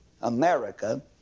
America